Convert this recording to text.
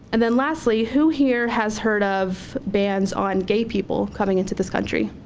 and then lastly who here has heard of bans on gay people coming into this country?